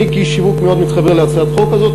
אני כאיש שיווק מאוד מתחבר להצעת החוק הזאת.